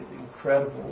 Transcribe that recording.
incredible